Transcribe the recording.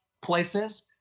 places